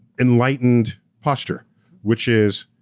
enlightened posture which is,